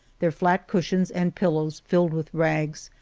their flat cushions and pillows, filled with rags,